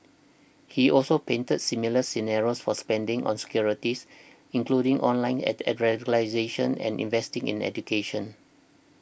he also painted similar scenarios for spending on securities including online attacks and radicalisation and investing in education